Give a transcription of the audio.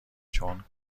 چون